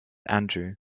andrew